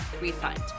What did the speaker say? refund